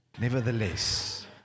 nevertheless